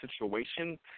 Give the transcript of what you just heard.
situation